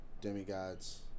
demigods